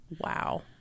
Wow